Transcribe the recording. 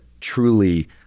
truly